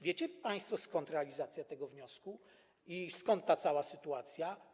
Wiecie państwo, skąd realizacja tego wniosku i skąd ta cała sytuacja?